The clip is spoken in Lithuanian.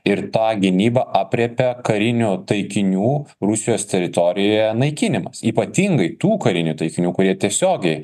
ir tą gynybą aprėpė karinių taikinių rusijos teritorijoje naikinimas ypatingai tų karinių taikinių kurie tiesiogiai